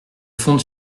fonde